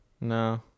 No